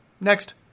Next